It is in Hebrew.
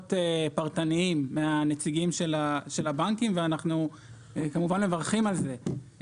פתרונות פרטניים מהנציגים של הבנקים ואנחנו כמובן מברכים על זה.